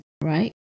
right